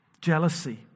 Jealousy